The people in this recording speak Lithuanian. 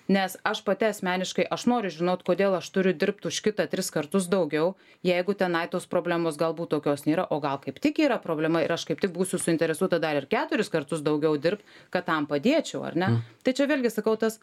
nes aš pati asmeniškai aš noriu žinot kodėl aš turiu dirbt už kitą tris kartus daugiau jeigu tenai tos problemos galbūt tokios nėra o gal kaip tik yra problema ir aš kaip tik būsiu suinteresuota dar ir keturis kartus daugiau dirbt kad tam padėčiau ar ne tai čia vėlgi sakau tas